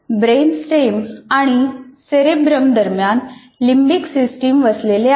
brainstem आणि cerebrum दरम्यान limbic system वसलेले आहे